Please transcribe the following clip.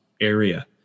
area